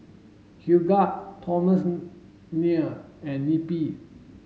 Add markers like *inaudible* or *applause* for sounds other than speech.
Hildegard *unintelligible* and Neppie